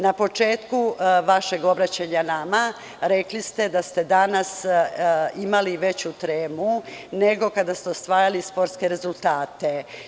Napočetku vašeg obraćanja nama rekli ste da ste danas imali veću tremu, nego kada ste osvajali sportske rezultate.